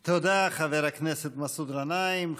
תודה, חבר הכנסת מסעוד גנאים.